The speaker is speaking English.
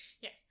Yes